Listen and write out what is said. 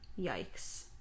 yikes